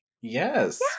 Yes